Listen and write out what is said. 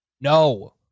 No